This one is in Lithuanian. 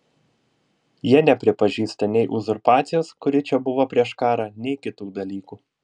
jie nepripažįsta nei uzurpacijos kuri čia buvo prieš karą nei kitų dalykų